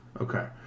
Okay